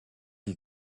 you